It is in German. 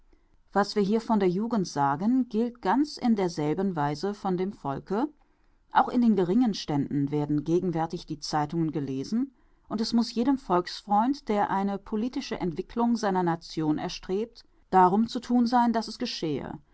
was wir hier von der jugend sagen gilt ganz in derselben weise von dem volke auch in den geringen ständen werden gegenwärtig die zeitungen gelesen und muß es jedem volksfreund der eine politische entwicklung seiner nation erstrebt darum zu thun sein daß es geschehe